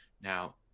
Now